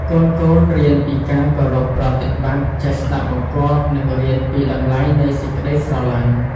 កូនៗរៀនពីការគោរពប្រតិបត្តិ ចេះស្តាប់បង្គាប់ និងរៀនពីតម្លៃនៃសេចក្តីស្រឡាញ់។